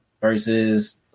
Versus